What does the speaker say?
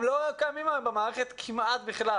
הם לא קיימים במערכת כמעט בכלל.